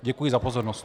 Děkuji za pozornost.